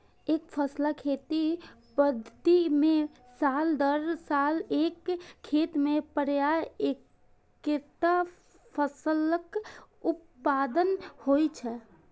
एकफसला खेती पद्धति मे साल दर साल एक खेत मे प्रायः एक्केटा फसलक उत्पादन होइ छै